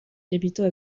capitaux